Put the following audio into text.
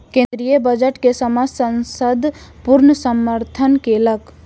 केंद्रीय बजट के समस्त संसद पूर्ण समर्थन केलक